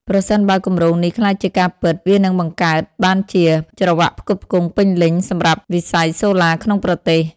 ប្រសិនបើគម្រោងនេះក្លាយជាការពិត វានឹងបង្កើតបានជា ច្រវ៉ាក់ផ្គត់ផ្គង់ពេញលេញ សម្រាប់វិស័យសូឡាក្នុងប្រទេស។